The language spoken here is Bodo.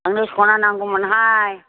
आंनो सना नांगौमोनहाय